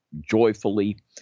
joyfully